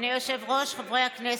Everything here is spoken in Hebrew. אדוני היושב-ראש, חברי הכנסת,